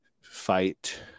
fight